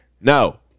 No